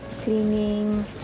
cleaning